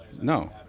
No